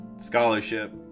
Scholarship